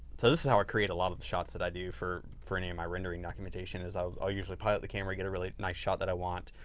so, this is how i create a lot of the shots that i do for for any of my rendering documentation is i'll usually pilot the camera, get a really nice shot that i want,